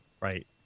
right